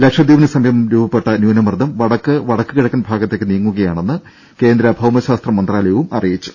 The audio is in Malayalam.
ലക്ഷദ്വീപിന് സമീപം രൂപപ്പെട്ട ന്യൂനമർദ്ദം വടക്ക് വടക്ക് കിഴക്കൻ ഭാഗത്തേക്ക് നീങ്ങുകയാണെന്ന് കേന്ദ്ര ഭൌമ ശാസ്ത്ര മന്ത്രാലയവും അറിയിച്ചു